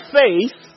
faith